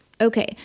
Okay